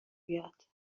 بیاد